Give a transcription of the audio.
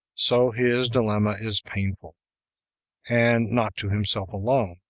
so his dilemma is painful and not to himself alone.